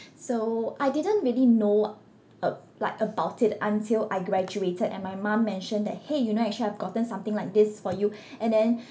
so I didn't really know ab~ like about it until I graduated and my mom mention that !hey! you know actually I've gotten something like this for you and then